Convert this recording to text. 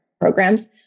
programs